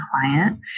client